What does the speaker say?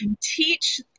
teach